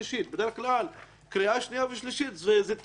בדרך כלל קריא שנייה ושלישית זה תיקונים קלים,